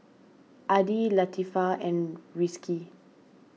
Adi Latifa and Rizqi